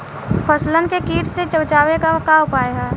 फसलन के कीट से बचावे क का उपाय है?